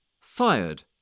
Fired